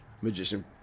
magician